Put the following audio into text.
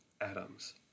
atoms